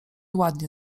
ładnie